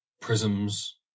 prisms